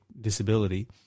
disability